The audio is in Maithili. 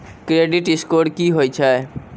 क्रेडिट स्कोर की होय छै?